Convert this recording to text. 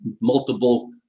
multiple